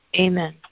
Amen